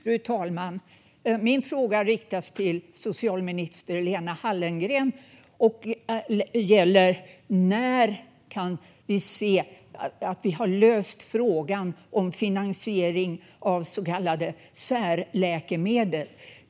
Fru talman! Min fråga riktar sig till socialminister Lena Hallengren. När kommer frågan om finansiering av så kallade särläkemedel att vara löst?